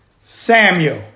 Samuel